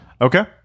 Okay